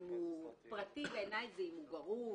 מידע פרטי, בעיניי, זה אם הוא גרוש,